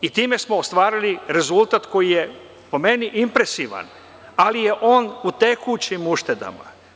Time smo ostvarili rezultat koji je, po meni, impresivan, ali je on u tekućim uštedama.